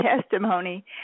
testimony